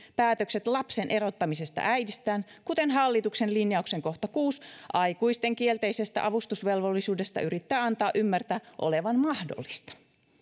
päätökset lapsen erottamisesta äidistään minkä hallituksen linjauksen kohta kuuden aikuisten kielteisestä avustusvelvollisuudesta yrittää antaa ymmärtää olevan mahdollista